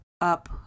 up